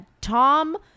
Tom